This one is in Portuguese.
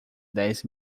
dez